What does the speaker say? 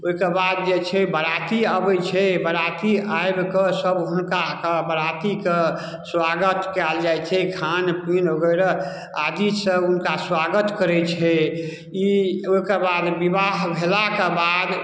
ओहिके बाद जे छै बराती अबै छै बराती आबि कऽ सभ हुनकाके बरातीके स्वागत कयल जाइ छै खानपीन वगैरह आदि सँ उनका स्वागत करै छै ओहिके बाद विवाह भेलाके बाद